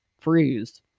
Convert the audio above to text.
Freeze